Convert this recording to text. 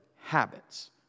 habits